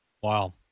Wow